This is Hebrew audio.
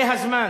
זה הזמן